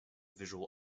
visual